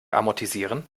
amortisieren